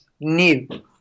need